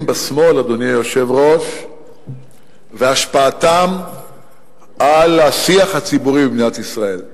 בשמאל והשפעתם על השיח הציבורי במדינת ישראל.